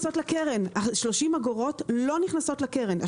ה-30 אגורות לא נכנסים לקרן,